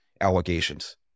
allegations